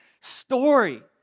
story